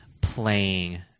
playing